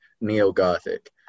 Neo-Gothic